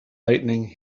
lightning